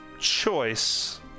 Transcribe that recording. choice